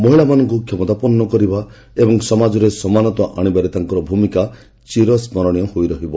ମହିଳାମାନଙ୍କୁ କ୍ଷମତାପନ୍ କରିବା ଓ ସମାଜରେ ସମାନତା ଆଣିବାରେ ତାଙ୍କର ଭ୍ରମିକା ଚିରସ୍କରଶୀୟ ହୋଇ ରହିବ